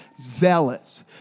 zealots